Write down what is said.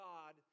God